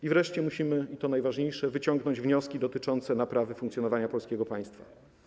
I wreszcie musimy - i to najważniejsze - wyciągnąć wnioski dotyczące naprawy funkcjonowania polskiego państwa.